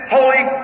Holy